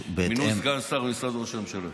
מינוי סגן שר במשרד ראש הממשלה.